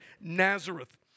Nazareth